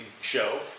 show